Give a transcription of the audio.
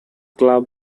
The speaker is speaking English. club